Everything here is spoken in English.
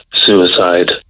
suicide